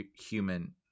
human